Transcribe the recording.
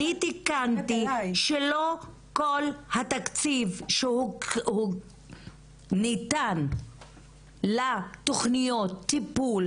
אני תיקנתי שלא כל התקציב שניתן לתוכניות טיפול